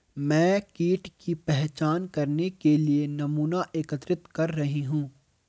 मैं कीट की पहचान करने के लिए नमूना एकत्रित कर रही हूँ